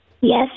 Yes